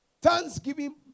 Thanksgiving